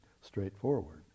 straightforward